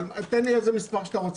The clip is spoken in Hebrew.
אבל תן לי איזה מס' שאתה רוצה,